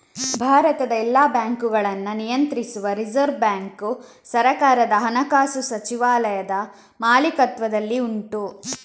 ಭಾರತದ ಎಲ್ಲ ಬ್ಯಾಂಕುಗಳನ್ನ ನಿಯಂತ್ರಿಸುವ ರಿಸರ್ವ್ ಬ್ಯಾಂಕು ಸರ್ಕಾರದ ಹಣಕಾಸು ಸಚಿವಾಲಯದ ಮಾಲೀಕತ್ವದಲ್ಲಿ ಉಂಟು